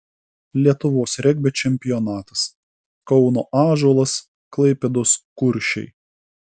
lietuvos regbio čempionatas kauno ąžuolas klaipėdos kuršiai